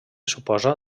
suposa